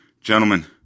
Gentlemen